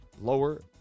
lower